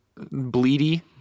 bleedy